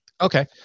Okay